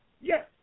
Yes